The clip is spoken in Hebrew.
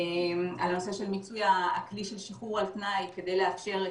על הנושא של מיצוי הכלי של שחרור על תנאי כדי לאפשר את